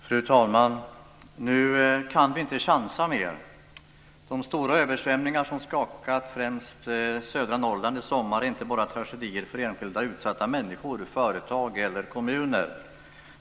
Fru talman! Nu kan vi inte chansa mer. De stora översvämningar som skakat främst södra Norrland i sommar är inte bara tragedier för enskilda utsatta människor, företag eller kommuner.